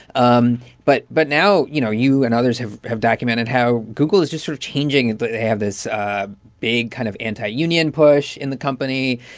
um but but now, you know, you and others have have documented how google is just sort of changing. they have this big kind of anti-union push in the company.